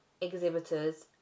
exhibitors